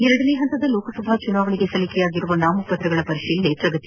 ಎರಡನೇ ಹಂತದ ಲೋಕಸಭಾ ಚುನಾವಣೆಗೆ ಸಲ್ಲಿಕೆಯಾಗಿರುವ ನಾಮಪತ್ರಗಳ ಪರಿಶೀಲನೆ ಪ್ರಗತಿಯಲ್ಲಿ